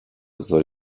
soll